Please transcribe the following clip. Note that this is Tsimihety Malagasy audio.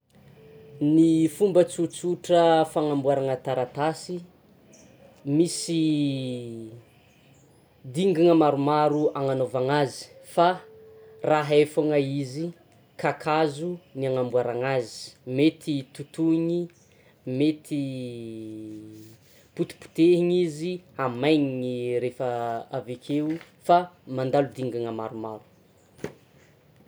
Ny fomba tsotsotra fanamboarana taratasy, misy dingana maromaro hagnanaovana azy fa raha hay faona izy kakazo ny hanamboarana azy, mety totoiny, mety potipotehina izy hamainina refa avekeo fa mandalo dingana maromaro.